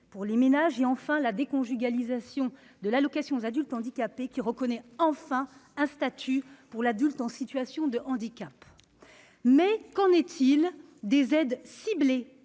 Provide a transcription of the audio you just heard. pour les ménages et, enfin, la déconjugalisation de l'allocation aux adultes handicapés, qui reconnaît un statut pour l'adulte en situation de handicap. Mais qu'en est-il des aides ciblées,